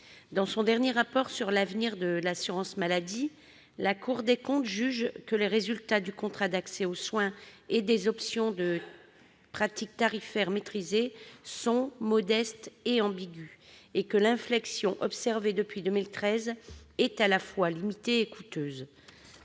Dans son dernier rapport sur l'avenir de l'assurance maladie, la Cour des comptes juge que les résultats du contrat d'accès aux soins et des options de pratique tarifaire maîtrisée sont « modestes et ambigus », et que l'inflexion observée depuis 2013 est à la fois limitée et coûteuse